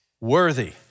worthy